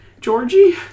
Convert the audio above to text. Georgie